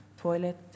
toilet